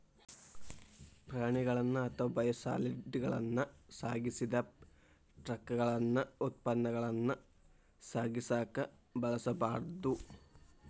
ಪ್ರಾಣಿಗಳನ್ನ ಅಥವಾ ಬಯೋಸಾಲಿಡ್ಗಳನ್ನ ಸಾಗಿಸಿದ ಟ್ರಕಗಳನ್ನ ಉತ್ಪನ್ನಗಳನ್ನ ಸಾಗಿಸಕ ಬಳಸಬಾರ್ದು